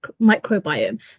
microbiome